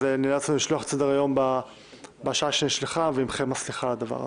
אז נאלצנו לשלוח את סדר-היום בשעה שנשלחה ועמכם הסליחה על הדבר הזה.